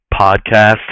podcast